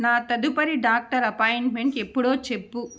నా తదుపరి doctor appointment ఎప్పుడో చెప్పు